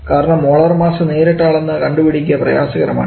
കാരണം molar mass നേരിട്ടു അളന്ന് കണ്ടുപിടിക്കുക പ്രയാസകരമാണ്